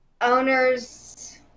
owners